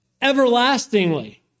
everlastingly